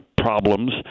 problems